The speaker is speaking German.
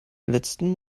letzten